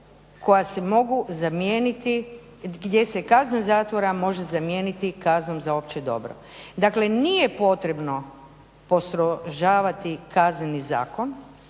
koja se mogu zamijeniti, gdje se kazna zatvora može zamijeniti kaznom za opće dobro. Dakle nije potrebno postrožavati Kazneni zakon